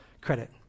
credit